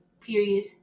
period